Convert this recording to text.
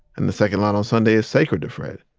and the second line on sunday is sacred to fred.